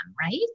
right